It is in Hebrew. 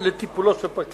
או לטיפולו של פרקליט.